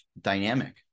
dynamic